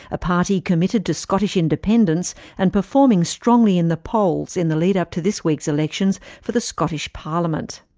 a party committed to scottish independence and performing strongly in the polls in the lead-up to this week's elections for the scottish parliament.